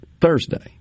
Thursday